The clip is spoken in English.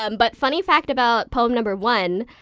um but funny fact about poem number one.